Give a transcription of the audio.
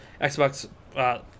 Xbox